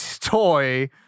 toy